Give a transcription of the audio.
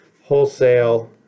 Wholesale